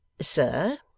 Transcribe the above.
sir